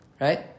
Right